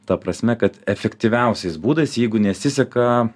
ta prasme kad efektyviausiais būdais jeigu nesiseka